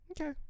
Okay